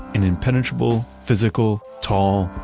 an impenetrable physical, tall,